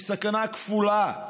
היא סכנה כפולה,